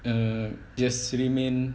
err just remain